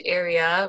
area